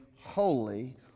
holy